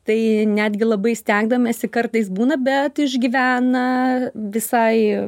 tai netgi labai stengdamiesi kartais būna bet išgyvena visai